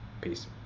Peace